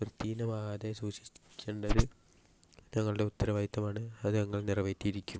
വൃത്തിഹീനമാവാതെ സൂക്ഷിക്കേണ്ടത് ഞങ്ങളുടെ ഉത്തരവാദിത്തമാണ് അത് ഞങ്ങൾ നിറവേറ്റിയിരിക്കും